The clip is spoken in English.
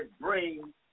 bring